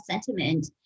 sentiment